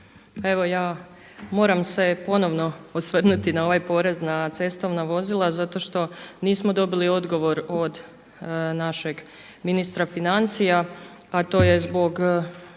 evo ja moram se ponovno osvrnuti na ove porez na cestovna vozila zato što nismo dobili odgovor od našeg ministra financija, a to je zbog